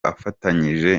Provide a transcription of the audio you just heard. afatanyije